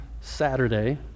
Saturday